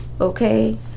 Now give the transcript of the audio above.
Okay